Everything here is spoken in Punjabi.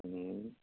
ਹੂੰ